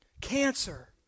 Cancer